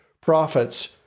prophets